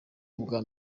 ubwa